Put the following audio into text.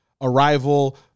arrival